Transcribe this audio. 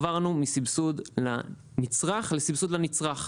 עברנו מסבסוד למצרך, לסבסוד לנצרך.